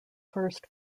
first